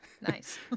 Nice